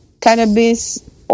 cannabis